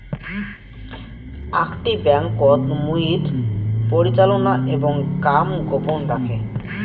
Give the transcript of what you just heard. আকটি ব্যাংকোত মুইর পরিচালনা এবং কাম গোপন রাখে